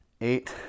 eight